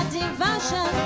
devotion